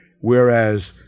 Whereas